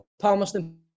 Palmerston